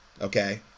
okay